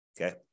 okay